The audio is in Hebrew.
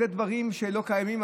אלו דברים שלא קיימים,